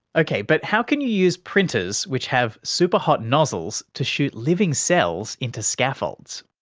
okay but how can you use printers which have super-hot nozzles to shoot living cells into scaffolds?